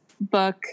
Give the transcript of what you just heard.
book